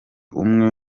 umwe